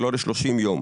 ולא ל-30 יום.